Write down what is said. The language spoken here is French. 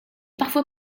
parfois